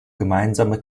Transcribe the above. gemeinsame